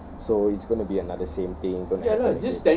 so it's going to be another same thing